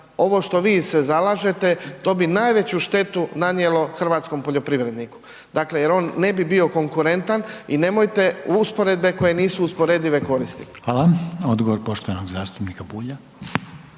ovo što vi se zalažete to bi najveću štetu nanijelo hrvatskom poljoprivrednik. Dakle, jer on ne bi bio konkurentan i nemojte usporedbe koje nisu usporedive koristit. **Reiner, Željko (HDZ)** Hvala. Odgovor poštovanog zastupnika Bulja.